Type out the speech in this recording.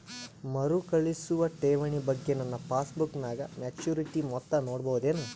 ಮರುಕಳಿಸುವ ಠೇವಣಿ ಬಗ್ಗೆ ನನ್ನ ಪಾಸ್ಬುಕ್ ನಾಗ ಮೆಚ್ಯೂರಿಟಿ ಮೊತ್ತ ನೋಡಬಹುದೆನು?